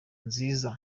nziza